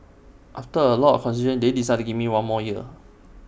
after A lot of consideration they decided to give me one more year